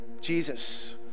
Jesus